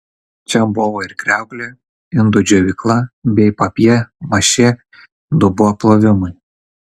čia buvo ir kriauklė indų džiovykla bei papjė mašė dubuo plovimui